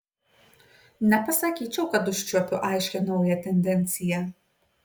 nepasakyčiau kad užčiuopiu aiškią naują tendenciją